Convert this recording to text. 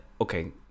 okay